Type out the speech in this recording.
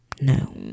No